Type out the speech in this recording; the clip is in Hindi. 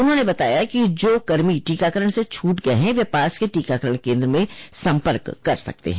उन्होंने बताया कि जो कर्मी टीकाकरण से छूट गये हैं वे पास के टीकाकरण केन्द्र में सम्पर्क कर सकते हैं